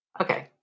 Okay